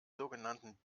sogenannten